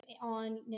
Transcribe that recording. on